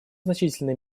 значительной